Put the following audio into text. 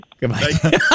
Goodbye